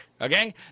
Okay